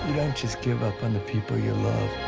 just give up on the people you love.